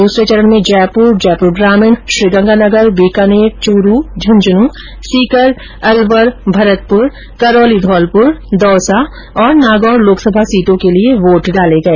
दूसरे चरण में जयपुर जयपुर ग्रामीण श्रीगंगानगर बीकानेर चूरू झुंझुंन सीकर अलवर भरतपुर करौली धौलपुर दौसा तथा नागौर लोकसभा सीटों के लिए वोट डाले गए